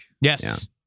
Yes